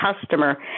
customer